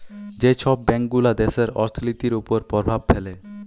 যে ছব ব্যাংকগুলা দ্যাশের অথ্থলিতির উপর পরভাব ফেলে